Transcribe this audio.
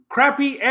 Crappy